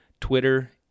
Twitter